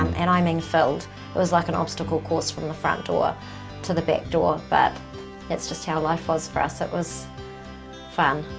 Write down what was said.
um and i mean filled it was like an obstacle course from the front door to the back door. but that's just how life was for us. it was fun.